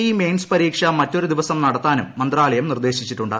E mains പരീക്ഷ മറ്റൊരു ദിവസം നടത്താനും മന്ത്രാലയം നിർദ്ദേശിച്ചുണ്ട്